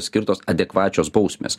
skirtos adekvačios bausmės